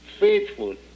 faithful